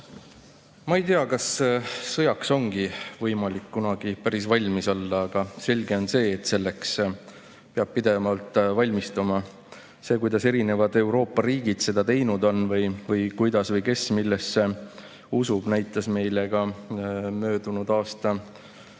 Ma ei tea, kas sõjaks ongi võimalik kunagi päris valmis olla, aga selge on see, et selleks peab pidevalt valmistuma. Seda, kuidas erinevad Euroopa riigid on seda teinud või kes millesse usub, näitas meile ka möödunud aasta kohutav